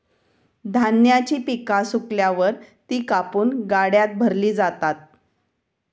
धान्याची पिका सुकल्यावर ती कापून गाड्यात भरली जातात